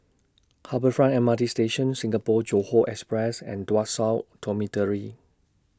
Harbour Front M R T Station Singapore Johore Express and Tuas South Dormitory